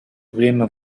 время